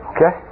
Okay